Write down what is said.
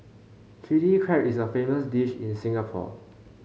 Chilli Crab is a famous dish in Singapore